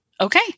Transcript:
okay